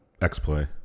X-Play